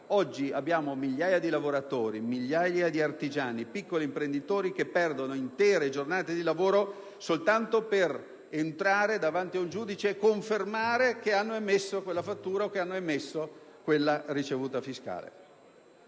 Oggi abbiamo migliaia di lavoratori, migliaia di artigiani e piccoli imprenditori che perdono intere giornate di lavoro soltanto per andare davanti ad un giudice a confermare di aver emesso una fattura o una ricevuta fiscale.